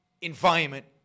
environment